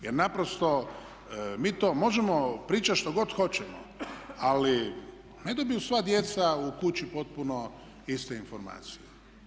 Jer naprosto mi to možemo pričati što god hoćemo ali ne dobiju sva djeca u kući potpuno iste informacije.